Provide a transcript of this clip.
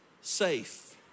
safe